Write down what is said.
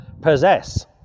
possess